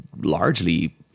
largely